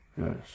yes